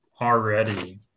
already